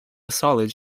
solid